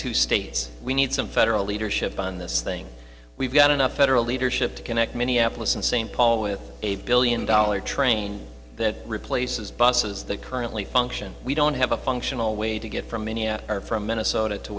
states we need some federal leadership on this thing we've got enough federal leadership to connect minneapolis and st paul with a billion dollar train that replaces buses that currently function we don't have a functional way to get from many of our from minnesota to